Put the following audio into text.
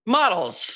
models